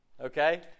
Okay